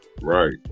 right